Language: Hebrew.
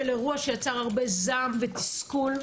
של אירוע שיצר הרבה זעם ותסכול,